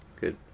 good